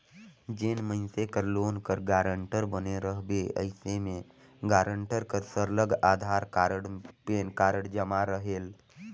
जेन मइनसे कर लोन कर गारंटर बने रहिबे अइसे में गारंटर कर सरलग अधार कारड, पेन कारड जमा रहेल